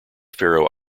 faroe